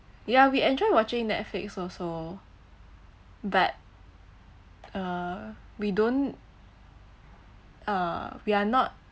ya we enjoy watching netflix also but uh we don't uh we are not